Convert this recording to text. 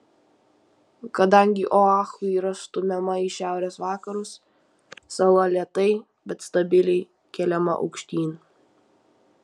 kadangi oahu yra stumiama į šiaurės vakarus sala lėtai bet stabiliai keliama aukštyn